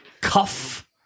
cuff